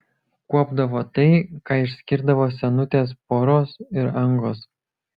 kuopdavo tai ką išskirdavo senutės poros ir angos